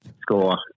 score